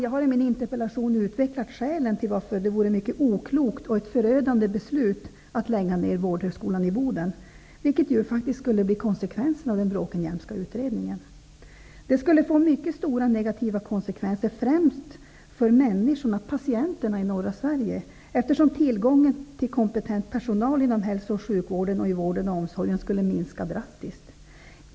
Jag har i min interpellation utvecklat skälen till varför det vore ett mycket oklokt och förödande beslut att lägga ner Vårdhögskolan i Boden, vilket ju är konsekvensen av den Detta skulle få mycket stora negativa konsekvenser för främst människorna, patienterna, i norra Sverige, eftersom tillgången til kompetent personal inom hälso och sjukvården och inom vård och omsorg skulle minska drastiskt.